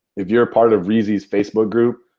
if you're a part of reezy's facebook group,